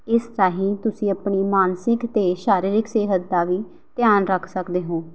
ਇਸ ਰਾਹੀਂ ਤੁਸੀਂ ਆਪਣੀ ਮਾਨਸਿਕ ਅਤੇ ਸਰੀਰਕ ਸਿਹਤ ਦਾ ਵੀ ਧਿਆਨ ਰੱਖ ਸਕਦੇ ਹੋ